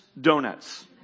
donuts